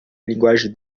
linguagem